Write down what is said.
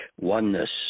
oneness